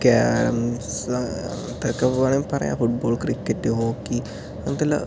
carroms ഇതൊക്കെ വേണമെങ്കിൽ പറയാം ഫുട് ബോൾ ക്രിക്കറ്റ് ഹോക്കി അങ്ങനത്തെയുള്ള